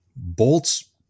Bolts